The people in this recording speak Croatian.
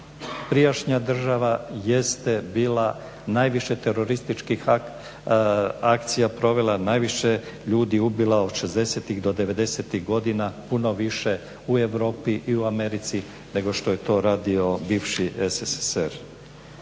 Prijašnja država jeste bila najviše terorističkih akcija provela, najviše ljudi ubila od 60-tih do 90-tih godina puno više u Europi i u Americi nego što je to radio bivši SSSR.